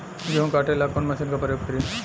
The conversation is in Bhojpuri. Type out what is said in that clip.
गेहूं काटे ला कवन मशीन का प्रयोग करी?